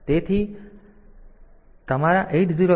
તેથી આપણી પાસે સામાન્ય હેતુના રજીસ્ટરો છે